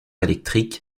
électrique